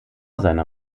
seiner